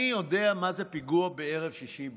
אני יודע מה זה פיגוע בערב שישי בירושלים,